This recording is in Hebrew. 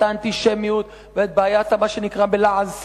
האנטישמיות ואת בעיית המה שנקרא בלעז,